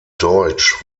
deutsch